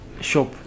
shop